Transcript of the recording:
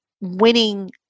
winning